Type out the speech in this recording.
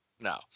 no